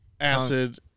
acid